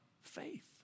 Faith